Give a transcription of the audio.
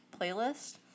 Playlist